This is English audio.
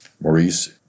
Maurice